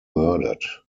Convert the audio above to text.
murdered